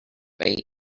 eight